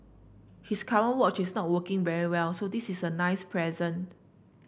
his current watch is not working very well so this is a nice present